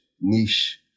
niche